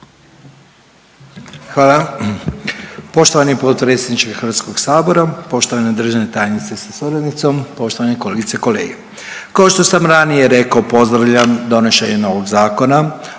Hvala. Poštovani potpredsjedniče Hrvatskog sabora, poštovana državna tajnice sa suradnicom, poštovane kolegice i kolege. Kao što sam ranije rekao pozdravljam donošenje novog Zakona